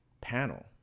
panel